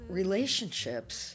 relationships